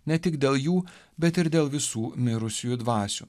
ne tik dėl jų bet ir dėl visų mirusiųjų dvasių